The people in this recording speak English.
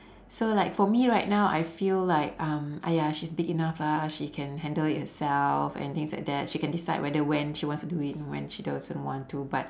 so like for me right now I feel like um !aiya! she's big enough lah she can handle it herself and things like that she can decide whether when she wants to do it and when she doesn't want to but